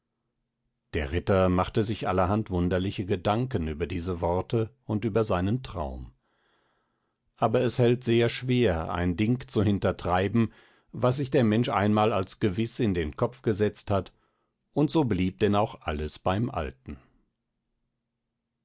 der ritter machte sich allerhand wunderliche gedanken über diese worte und über seinen traum aber es hält sehr schwer ein ding zu hintertreiben was sich der mensch einmal als gewiß in den kopf gesetzt hat und so blieb denn auch alles beim alten